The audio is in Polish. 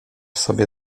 sobie